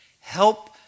help